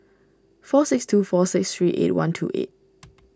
four six two four six three eight one two eight